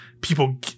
people